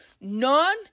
None